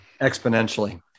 exponentially